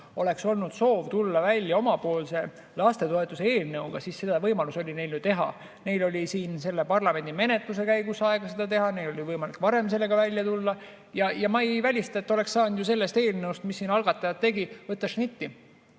oleks olnud soov tulla välja omapoolse lastetoetuse eelnõuga, siis seda oli neil ju võimalus teha. Neil oli selle parlamendimenetluse käigus aega seda teha, neil oli võimalik varem sellega välja tulla. Ja ma ei välista, et nad oleks saanud sellest eelnõust, mis siin on algatatud, šnitti